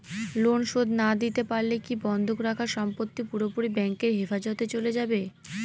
Loan শোধ না দিতে পারলে কি বন্ধক রাখা সম্পত্তি পুরোপুরি ব্যাংকের হেফাজতে চলে যাবে?